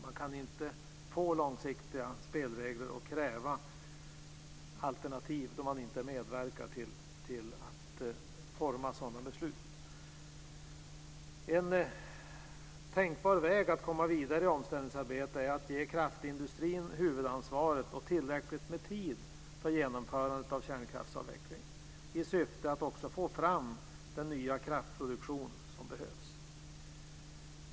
Man kan inte få långsiktiga spelregler och kräva alternativ om man inte medverkar till att forma sådana beslut. En tänkbar väg att komma vidare i omställningsarbetet är att ge kraftindustrin huvudansvaret och tillräckligt med tid för genomförandet av kärnkraftsavvecklingen, i syfte att också få fram den nya kraftproduktion som behövs.